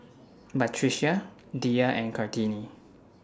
Batrisya Dhia and Kartini